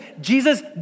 Jesus